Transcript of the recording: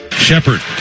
Shepard